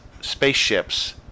spaceships